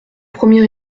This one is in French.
premier